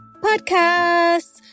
podcasts